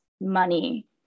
money